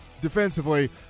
defensively